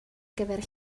gyfer